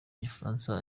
gifaransa